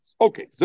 Okay